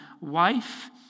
wife